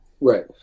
right